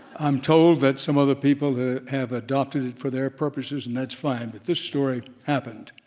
um told that some other people have adopted it for their purposes and that's fine, but this story happened.